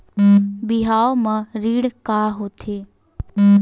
बिहाव म ऋण का होथे?